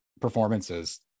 performances